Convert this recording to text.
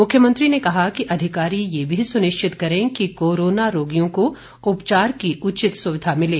मुख्यमंत्री ने कहा कि अधिकारी यह भी सुनिश्चित करें कि कोरोना रोगियों को उपचार की उचित सुविधा मिले